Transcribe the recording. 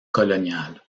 coloniale